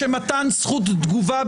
של מתן זכות תגובה,